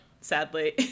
sadly